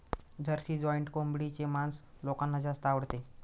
Jersey giant कोंबडीचे मांस लोकांना जास्त आवडते